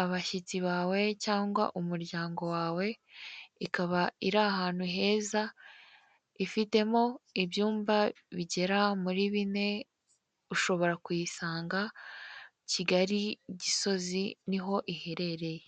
abashyitsi bawe cyangwa umuryango wawe, ikaba iri ahantu heza ifitemo ibyumba bigera muri bine, ushobora kuyisanga Kigali, Gisozi niho iherereye.